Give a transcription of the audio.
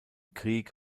krieg